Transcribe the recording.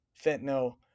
fentanyl